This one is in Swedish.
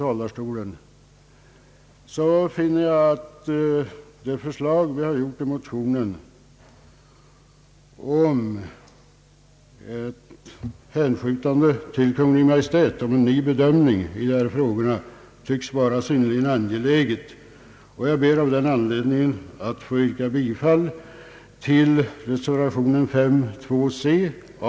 Jag finner det vara synnerligen angeläget att vårt motionsyrkande om ett hänskjutande av frågan för en ny bedömning blir tillgodosett. Med åberopande av det anförda ber jag att få yrka bifall till reservation 2 c.